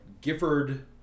Gifford